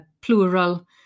plural